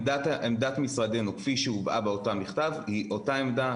עמדת משרדנו כפי שהובעה באותו מכתב היא אותה עמדה.